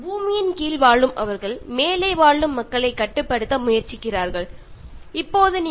അവർ ഭൂമിക്കടിയിൽ സുരക്ഷിതമായിരുന്നു കൊണ്ട് അതിനു മുകളിൽ ദുരിതമനുഭവിക്കുന്നവരെ നിയന്ത്രിക്കുകയും ചെയ്യും